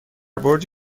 برج